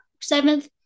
seventh